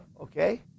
Okay